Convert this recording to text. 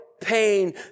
pain